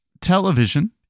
television